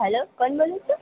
hello કોણ બોલો છો